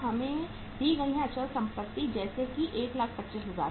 हमें दी गई अचल संपत्ति जैसे कि 125000 हैं